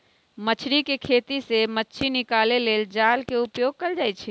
मछरी कें खेति से मछ्री निकाले लेल जाल के उपयोग कएल जाइ छै